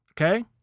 Okay